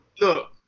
Look